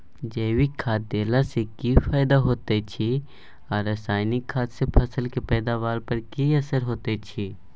जैविक खाद देला सॅ की फायदा होयत अछि आ रसायनिक खाद सॅ फसल के पैदावार पर की असर होयत अछि?